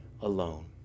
alone